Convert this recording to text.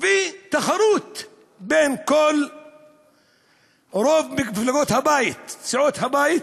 ויש תחרות בין כל מפלגות הבית, רוב סיעות הבית,